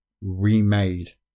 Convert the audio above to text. remade